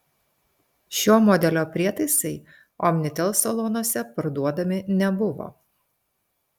šio modelio prietaisai omnitel salonuose parduodami nebuvo